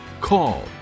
call